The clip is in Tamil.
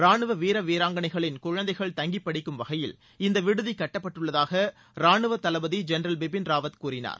ரானுவ வீரர் வீராங்களைகளின் குழந்தைகள் தங்கி படிக்கும் வகையில் இந்த விடுதி கட்டப்பட்டுள்ளதாக ரானுவதளபதி ஜென்ரல் பிபின் ராவத் கூறினார்